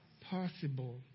possible